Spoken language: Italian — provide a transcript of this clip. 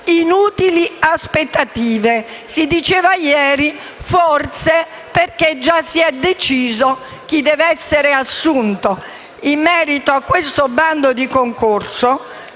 inutili aspettative, si diceva ieri, forse perché già si è deciso chi deve essere assunto in merito a questo bando di concorso,